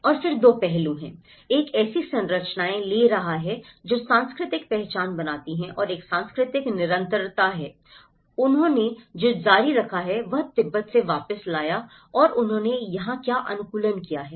और फिर 2 पहलू हैं एक ऐसी संरचनाएं ले रहा है जो सांस्कृतिक पहचान बनाती हैं और एक सांस्कृतिक निरंतरता है उन्होंने जो जारी रखा है वह तिब्बत से वापस लाया है और उन्होंने यहाँ क्या अनुकूलन किया है